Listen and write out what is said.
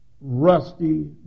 rusty